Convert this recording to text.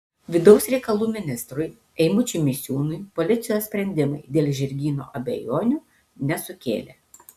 vidaus reikalų ministrui eimučiui misiūnui policijos sprendimai dėl žirgyno abejonių nesukėlė